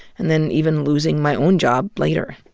and then even losing my own job later.